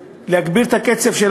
כדי להאיץ בממשלה להגביר את הקצב של